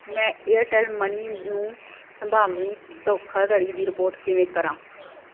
ਮੈਂ Airtel money ਨੂੰ ਸੰਭਾਵੀ ਧੋਖਾਧੜੀ ਦੀ ਰਿਪੋਰਟ ਕਿਵੇਂ ਕਰਾਂ